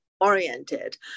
oriented